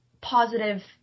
positive